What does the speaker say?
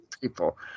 people